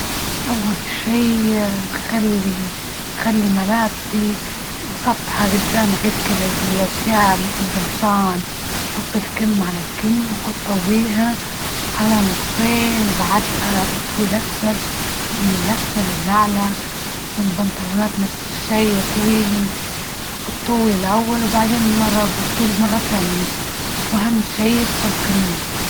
أول شي نخلي خلي ملابسي مسطحة جدامك، هيكى الأشياء مثل القمصان، حط الكم على الكم وحطويها على نصين، بعدها أطوى أسفل من الأسفل الأعلى والبنطلونات نفس الشي طوين بالطول الأول، وبعدين مرة بالطول مرة تانية. وأهم شي يطبق منيح.